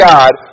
God